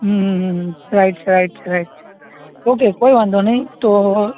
હં હં હં રાઈટ રાઈટ રાઈટ ઓકે કોઈ વાંધો નહીં તો